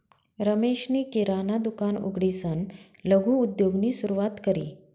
रमेशनी किराणा दुकान उघडीसन लघु उद्योगनी सुरुवात करी